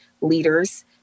leaders